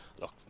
look